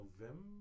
November